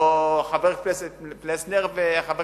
או חבר הכנסת